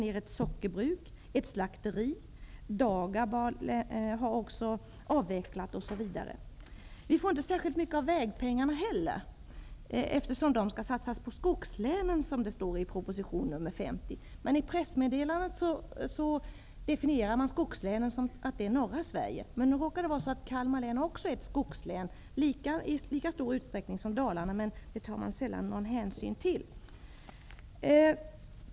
Ett sockerbruk och ett slakteri har lagts ned. Också Dagab har avvecklat sin verksamhet. Kalmar får inte heller särskilt mycket av vägpengarna, eftersom de skall satsas på skogslänen, som det står i proposition nr 50. I pressmeddelandet definierar man skogslänen så, att det är länen i norra Sverige. Nu råkar det vara så, att Kalmar län också är ett skogslän i lika stor utsträckning som Dalarna, men det tar man sällan någon hänsyn till.